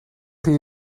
chi